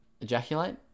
ejaculate